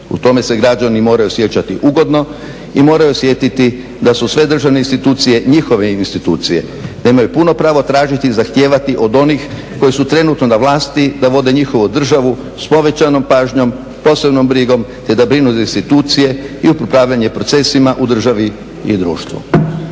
U tome se građani moraju osjećati ugodno i moraju osjetiti da su sve državne institucije njihove institucije, da imaju puno pravo tražiti i zahtijevati od onih koji su trenutno na vlasti da vode njihovu državu s povećanom pažnjom, posebnom brigom, te da brinu za institucije i upravljanje procesima u državi i društvu.